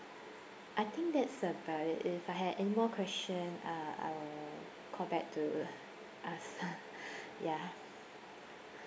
I think that's about it if I had any more question uh I'll call back to uh ask ya